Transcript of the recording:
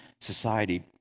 society